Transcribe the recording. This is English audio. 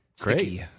great